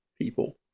people